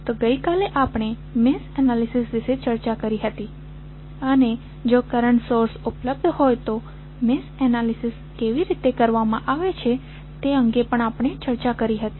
તો ગઈકાલે આપણે મેશ એનાલિસિસ ની ચર્ચા કરી હતી અને જો કરંટ સોર્સ ઉપલબ્ધ હોય તો મેશ એનાલિસિસ કેવી રીતે કરવામાં આવે છે તે અંગે પણ આપણે ચર્ચા કરી હતી